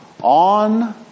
on